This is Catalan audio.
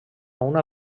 una